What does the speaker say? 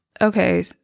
Okay